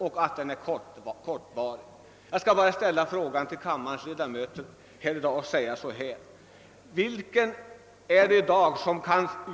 Jag vill bara ställa den frågan till kammarens ledamöter: Vilken människa kan få